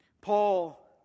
Paul